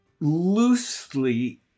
loosely